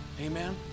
amen